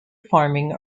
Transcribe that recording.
farming